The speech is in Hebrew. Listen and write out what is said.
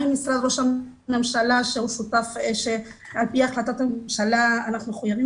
גם עם משרד ראש הממשלה שעל פי החלטת הממשלה אנחנו מחויבים